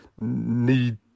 need